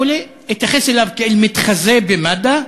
וכו' התייחס אליו כאל מתחזה במד"א.